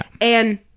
And-